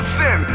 sin